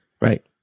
right